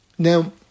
Now